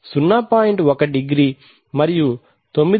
1 degree మరియు 999